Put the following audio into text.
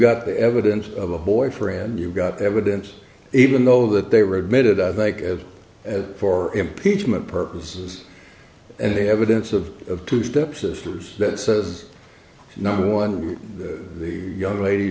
got the evidence of a boyfriend you've got evidence even though that they were admitted i think of as for impeachment purposes and they have a dance of two stepsisters that says number one the young lady